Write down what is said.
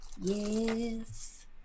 Yes